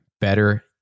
better